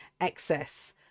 excess